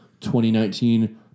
2019